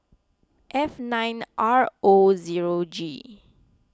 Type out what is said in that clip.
F nine R O zero G